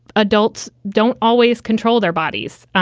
adults don't always control their bodies.